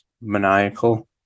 maniacal